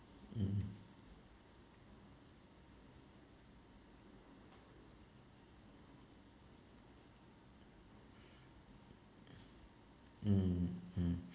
mm mm mm